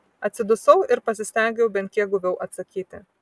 atsidusau ir pasistengiau bent kiek guviau atsakyti